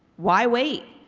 why wait?